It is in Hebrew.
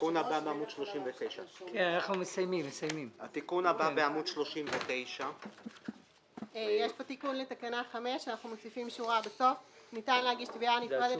התיקון הבא מופיע בעמוד 39. יש פה תיקון לתקנה 5. אנחנו מוסיפים שורה בסוף: "ניתן להגיש תביעה נפרדת